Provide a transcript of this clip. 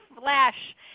flash